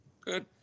Good